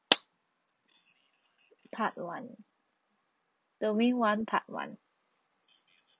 part one domain one part one